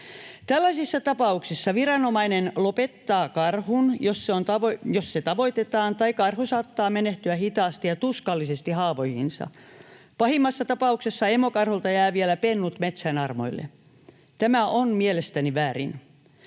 Tällaisissa tapauksissa viranomainen lopettaa karhun, jos se tavoitetaan, tai karhu saattaa menehtyä hitaasti ja tuskallisesti haavoihinsa. Pahimmassa tapauksessa emokarhulta jää vielä pennut metsän armoille. Tämä on mielestäni väärin.